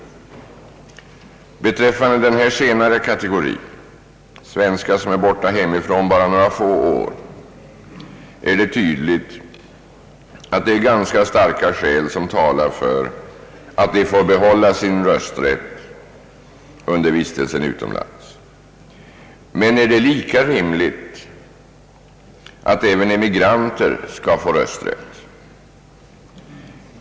Beträffande den senare kategorin, svenskar som är borta endast några få år, är det tydligt att ganska starka skäl talar för att de får behålla sin rösträtt under vistelsen utomlands. Men är det lika rimligt att även emigranter skall få rösträtt?